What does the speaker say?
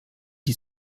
die